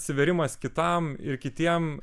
atsivėrimas kitam ir kitiem